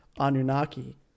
Anunnaki